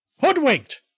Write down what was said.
Hoodwinked